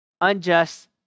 unjust